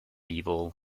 evil